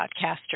podcaster